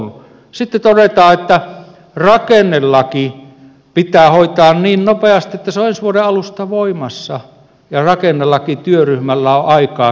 sitten todetaan että rakennelaki pitää hoitaa niin nopeasti että se on ensi vuoden alusta voimassa ja rakennelakityöryhmällä on aikaa syyskuun loppuun